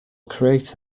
create